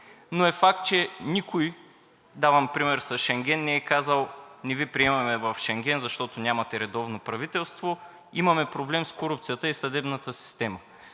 Но е факт, че никой, давам пример с Шенген, не е казал – не Ви приемаме в Шенген, защото нямате редовно правителство. Имаме проблем с корупцията и съдебната система.